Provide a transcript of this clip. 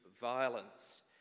violence